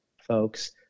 folks